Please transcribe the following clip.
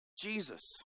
Jesus